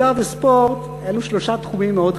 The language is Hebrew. מדע וספורט אלו שלושה תחומים מאוד חשובים,